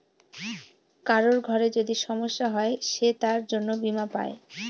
কারোর ঘরে যদি সমস্যা হয় সে তার জন্য বীমা পাই